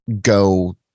go